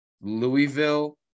Louisville